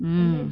mm